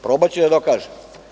Probaću da dokažem.